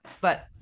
but-